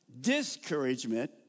discouragement